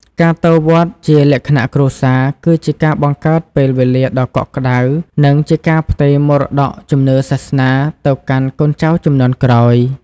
ការទៅវត្តជាលក្ខណៈគ្រួសារ គឺជាការបង្កើតពេលវេលាដ៏កក់ក្តៅ និងការផ្ទេរមរតកជំនឿសាសនាទៅកាន់កូនចៅជំនាន់ក្រោយ។